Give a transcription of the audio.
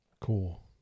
Cool